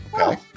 Okay